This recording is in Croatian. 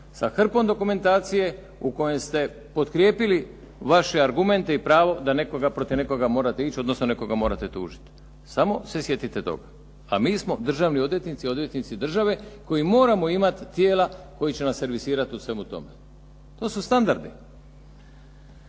Sa hrpom dokumentacije u kojoj ste potkrijepili vaše argumente i pravo da protiv nekoga morate ići odnosno nekoga morate tužiti. Samo se sjetite toga, a mi smo državni odvjetnici, odvjetnici države koji moramo imati tijela koja će nas servisirati u svemu tome. To su standardi.